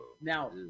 Now